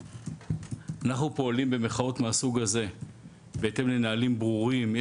אנחנו פועלים במחאות מהסוג הזה בהתאם לנהלים ברורים.